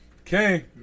Okay